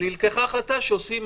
נלקחה החלטה שעושים